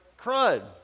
crud